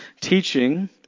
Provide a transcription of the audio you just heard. teaching